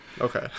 Okay